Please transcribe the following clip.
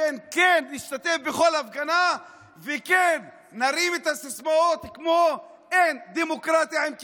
לכן כן נשתתף בכל הפגנה וכן נרים סיסמאות כמו "אין דמוקרטיה עם כיבוש".